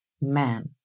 man